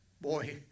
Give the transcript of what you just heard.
boy